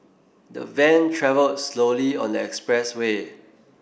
the van travelled slowly on the expressway